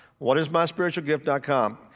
Whatismyspiritualgift.com